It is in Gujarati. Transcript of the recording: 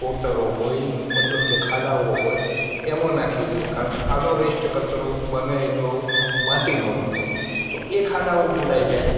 કોતરો હોય મતલબ કે ખાડાઓ હોય એમાં નાખી દ્યો કારણ કે આનો વેસ્ટ કચરો બને એટલો માટીનો જ હોય તો એ ખાડાઓ પૂરાઈ જાય